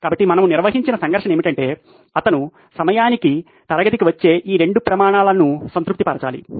కాబట్టి మనము నిర్వచించిన సంఘర్షణ ఏమిటంటే అతను సమయానికి తరగతికి వచ్చే ఈ రెండు ప్రమాణాలను సంతృప్తి పరచాలి